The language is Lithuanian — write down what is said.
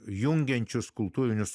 jungiančius kultūrinius